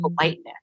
politeness